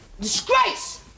Disgrace